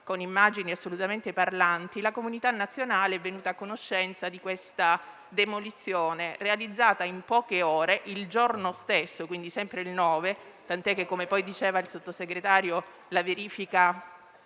con immagini assolutamente parlanti, la comunità nazionale è venuta a conoscenza di questa demolizione, realizzata in poche ore il giorno stesso, quindi sempre il 9 luglio scorso, tant'è che poi, come diceva il Sottosegretario, il